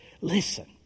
Listen